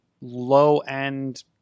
low-end